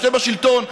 שאתם בשלטון,